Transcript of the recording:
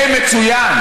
זה מצוין.